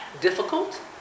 difficult